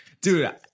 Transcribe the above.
Dude